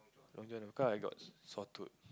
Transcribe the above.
Long John because I got sore throat